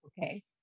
Okay